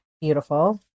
beautiful